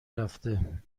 رفته